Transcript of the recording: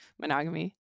monogamy